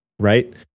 right